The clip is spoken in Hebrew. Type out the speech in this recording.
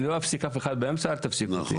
אני לא אפסיק אף אחד באמצע אז אל תפסיקו אותי.